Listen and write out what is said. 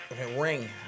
ring